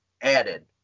added